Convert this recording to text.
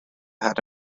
had